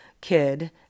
kid